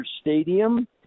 Stadium